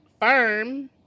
firm